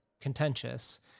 contentious